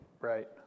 right